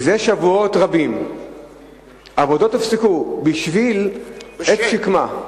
זה שבועות רבים העבודות מופסקת בשביל עץ שקמה.